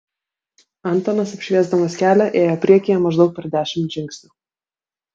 antonas apšviesdamas kelią ėjo priekyje maždaug per dešimt žingsnių